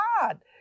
God